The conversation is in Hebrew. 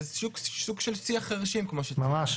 סוג של שיח חירשים כמו שתיארת,